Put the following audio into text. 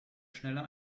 schneller